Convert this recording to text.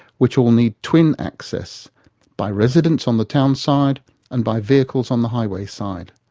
which all need twin access by residents on the town side and by vehicles on the highway side.